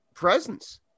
presence